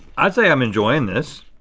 i'd say i'm enjoying this.